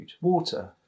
water